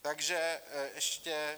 Takže ještě...